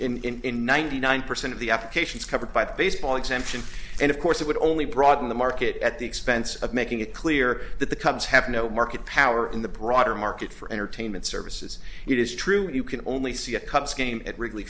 essentially in ninety nine percent of the applications covered by the baseball exemption and of course it would only broaden the market at the expense of making it clear that the cubs have no market power in the broader market for entertainment services it is true that you can only see a cubs game at wrigley